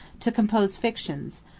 to compose fictions,